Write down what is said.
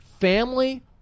Family